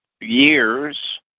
years